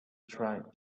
tried